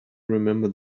remember